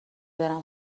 برم